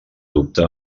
dubte